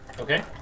Okay